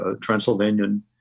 transylvanian